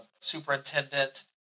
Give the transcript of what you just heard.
superintendent